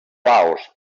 laos